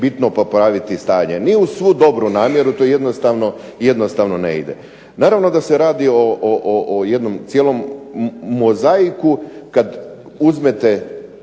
bitno popraviti stanje. Ni uz svu dobru namjeru to jednostavno ne ide. Naravno da se radi o jednom cijelom mozaiku, kad uzmete